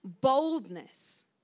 boldness